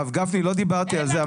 הרב גפני לא דברתי על זה.